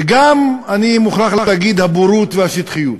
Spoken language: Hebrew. וגם, אני מוכרח להגיד, הבורות והשטחיות.